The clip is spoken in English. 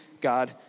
God